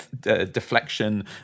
deflection